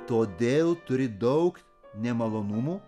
todėl turi daug nemalonumų